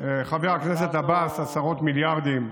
חבר הכנסת עבאס, עשרות מיליארדים.